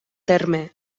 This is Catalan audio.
terme